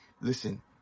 Listen